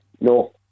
no